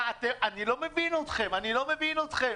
אני לא מבין אתכם.